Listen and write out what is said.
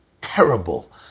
terrible